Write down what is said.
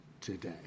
today